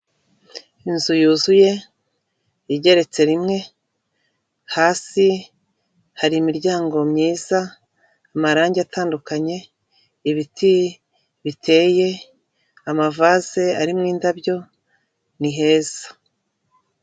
Inzu yuzuye igeretse rimwe, hasi hari imiryango myiza, amarangi atandukanye, ibiti biteye, ama vaze arimo indabyo, ni heza.